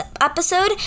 episode